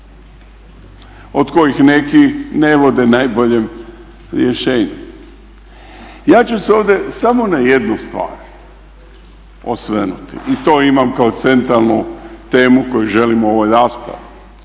od kojih neki ne vode najboljem rješenju. Ja ću se ovdje samo na jednu stvar osvrnuti i to imam kao centralnu temu koju želim u ovoj raspravi,